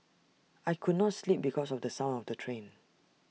I could not sleep because of the sound of the train